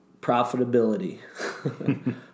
profitability